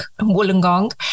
Wollongong